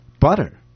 butter